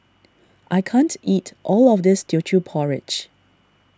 I can't eat all of this Teochew Porridge